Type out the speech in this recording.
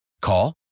Call